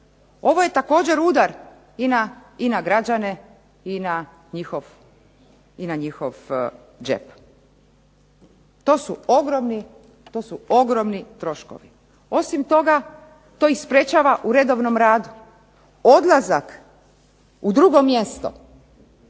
Ovo je također udar i na građane i na njihov džep. To su ogromni troškovi. Osim toga to ih sprečava u redovnom radu. Odlazak u drugo mjesto